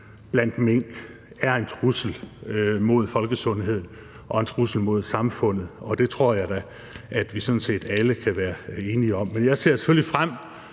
blandt mink er en trussel mod folkesundheden og en trussel mod samfundet, og det tror jeg da at vi sådan set alle kan være enige om. Men jeg ser selvfølgelig frem